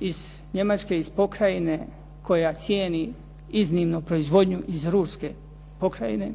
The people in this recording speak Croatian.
iz Njemačke, iz pokrajine koja cijeni iznimno proizvodnju iz ruske pokrajine